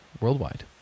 worldwide